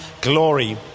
glory